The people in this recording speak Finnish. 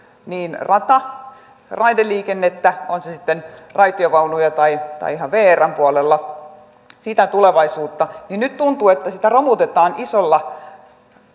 niin rata kuin raideliikennettä on se sitten raitiovaunuja tai tai ihan vrn puolella sitä tulevaisuutta niin nyt tuntuu että koko meidän julkista liikennettä romutetaan isolla